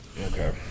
Okay